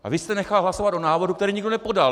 Vy jste nechal hlasovat o návrhu, který nikdo nepodal.